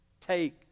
Take